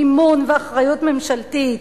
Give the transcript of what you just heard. מימון ואחריות ממשלתית.